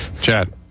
Chad